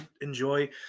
enjoy